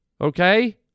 Okay